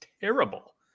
terrible